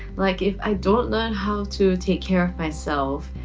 like if i don't learn how to take care of myself,